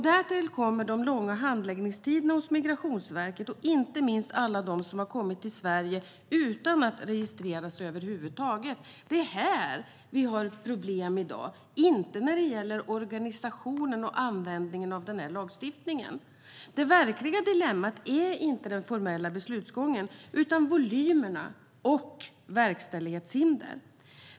Därtill kommer de långa handläggningstiderna hos Migrationsverket och inte minst alla de som har kommit till Sverige utan att registreras över huvud taget. Det är här vi har ett problem i dag, inte när det gäller organisationen och användningen av den här lagstiftningen. Det verkliga dilemmat är alltså inte den formella beslutsgången utan volymerna - och verkställighetshinder.